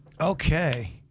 Okay